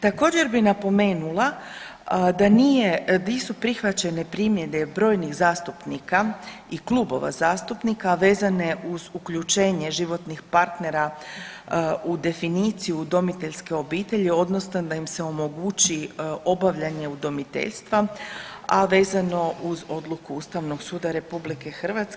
Također bi napomenula da nisu prihvaćene primjedbe brojnih zastupnika i klubova zastupnika, a vezane uz uključenje životnih partnera u definiciju udomiteljske obitelji odnosno da im se omogući obavljanje udomiteljstva, a vezano uz odluku Ustavnog suda RH.